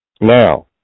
now